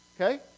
Okay